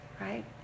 right